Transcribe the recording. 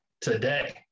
today